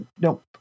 nope